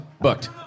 Booked